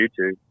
YouTube